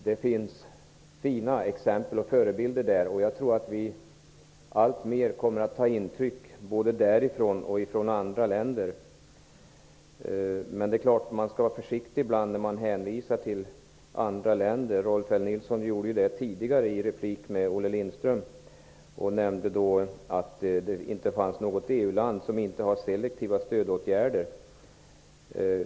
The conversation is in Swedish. Det finns fina exempel och förebilder där, och jag tror att vi alltmer kommer att ta intryck både därifrån och från andra länder. Man skall ändå ibland vara försiktig när man hänvisar till andra länder. Rolf L Nilson gjorde det tidigare i en replik på Olle Lindströms anförande. Rolf L Nilson nämnde då att det inte fanns något EU-land som inte har selektiva stödåtgärder.